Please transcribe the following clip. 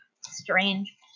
strange